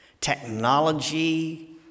technology